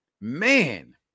man